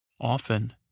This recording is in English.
Often